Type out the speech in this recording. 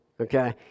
okay